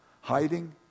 hiding